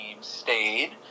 stayed